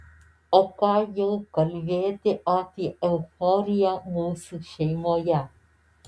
o ką jau kalbėti apie euforiją mūsų šeimoje